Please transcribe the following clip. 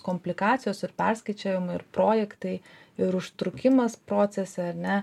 komplikacijos ir perskaičiavimai ir projektai ir užtrukimas procese ar ne